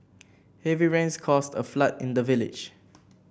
heavy rains caused a flood in the village